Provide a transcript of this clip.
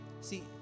See